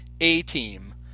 A-team